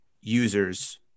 users